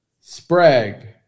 Sprague